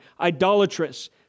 idolatrous